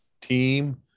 team